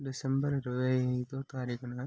December ఇరవై ఐదు తారీఖున